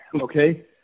Okay